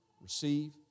receive